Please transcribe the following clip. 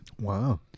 Wow